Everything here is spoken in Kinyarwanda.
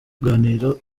ruganiriro